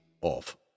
off